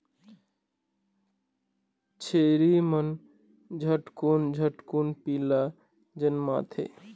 छेरी मन झटकुन झटकुन पीला जनमाथे